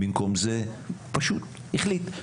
במקום זה פשוט החליט,